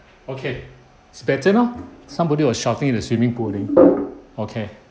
okay is it better now somebody was shouting at the swimming pool I think okay